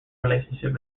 relationship